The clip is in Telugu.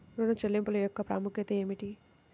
ఋణ చెల్లింపుల యొక్క ప్రాముఖ్యత ఏమిటీ?